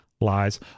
Lies